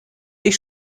ich